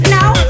Now